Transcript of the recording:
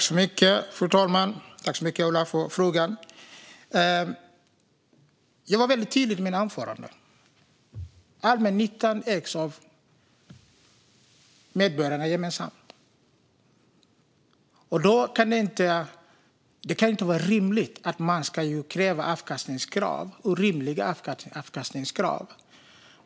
Fru talman! Tack, Ola, för frågan! Jag var väldigt tydlig i mitt anförande: Allmännyttan ägs av medborgarna gemensamt. Det kan inte vara rimligt att man ska ha orimliga avkastningskrav.